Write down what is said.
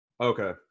Okay